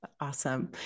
Awesome